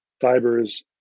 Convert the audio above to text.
fibers